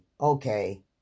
okay